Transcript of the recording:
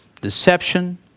deception